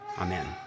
Amen